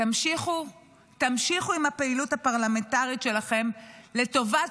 תמשיכו עם הפעילות הפרלמנטרית שלכם לטובת